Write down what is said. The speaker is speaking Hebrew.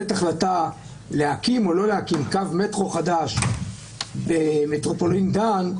החלטה להקים או לא להקים קו מטרו חדש במטרופולין דן,